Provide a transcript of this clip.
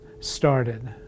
started